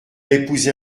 épousé